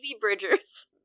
Bridgers